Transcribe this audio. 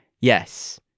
yes